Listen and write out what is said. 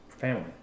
family